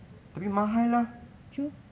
Tru